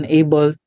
able